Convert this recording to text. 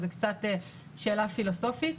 זו קצת שאלה פילוסופית.